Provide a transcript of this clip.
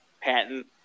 patent